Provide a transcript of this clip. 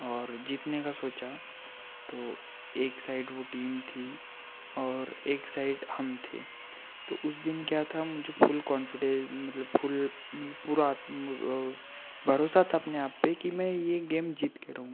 और जीतने का सोचा तो एक साइड वह टीम थी और एक साइड हम थे तो उस दिन क्या था मुझे फुल कॉन्फिडे मतलब फूल मतलब पूरा भरोसा था अपने आप पर कि मैं यह गेम जीत कर रहूँगा